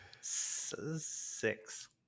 Six